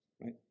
Right